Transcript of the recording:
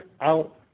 out